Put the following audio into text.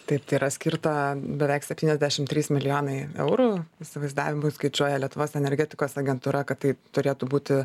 taip tai yra skirta beveik septyniasdešim trys milijonai eurų įsivaizdavimui skaičiuoja lietuvos energetikos agentūra kad tai turėtų būti